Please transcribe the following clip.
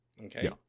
Okay